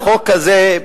החוק הזה,